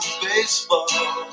baseball